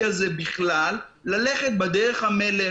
לפנות לחברות פרטיות ולבקש את המידע